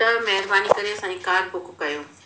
तव्हां महिरबानी करे असांजी कार बुक कयो